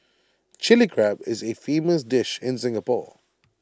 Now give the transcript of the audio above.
Chilli Crab is A famous dish in Singapore